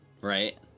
right